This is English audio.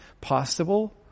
possible